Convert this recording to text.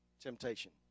temptation